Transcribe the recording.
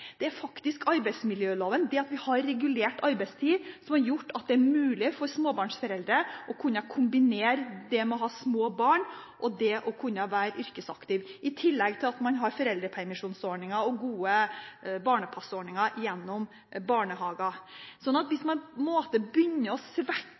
Det er faktisk arbeidsmiljøloven, det at vi har regulert arbeidstid, som har gjort det mulig for småbarnsforeldre å kunne kombinere det å ha små barn med det å kunne være yrkesaktive, i tillegg til at man har foreldrepermisjonsordninger og gode barnepassordninger gjennom barnehager. Hvis man på en måte begynner å svekke arbeidstidsordningene, bidrar det til at